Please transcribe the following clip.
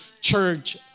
Church